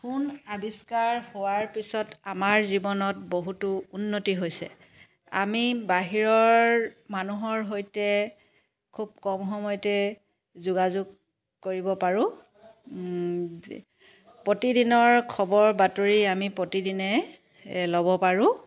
phone আৱিষ্কাৰ হোৱাৰ পিছত আমাৰ জীৱনত বহুতো উন্নতি হৈছে আমি বাহিৰৰ মানুহৰ সৈতে খুব কম সময়তে যোগাযোগ কৰিব পাৰো প্ৰতিদিনৰ খবৰ বাতৰি আমি প্ৰতিদিনে ল'ব পাৰো